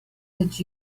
would